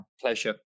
Pleasure